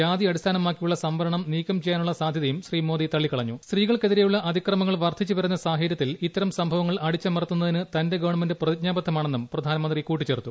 ജാതി അടിസ്ഥാനമാക്കിയുള്ള സംവരണം നീക്കം ചെയ്യാനഉള്ള സാധൃതയും സ്ത്രീകൾക്കെതിരെയുള്ള അതിക്രമങ്ങൾ വർദ്ധിച്ച് വരുന്ന സാഹചര്യത്തിൽ ഇത്തരം സംഭവങ്ങൾ അടിച്ചമർത്തുന്നതിന് തന്റെ ഗവൺമെന്റ് പ്രതിജ്ഞാബദ്ധമാണെന്നും പ്രധാനമന്ത്രി കൂട്ടിച്ചേർത്തു